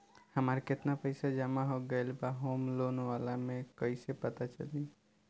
हमार केतना पईसा जमा हो गएल बा होम लोन वाला मे कइसे पता चली?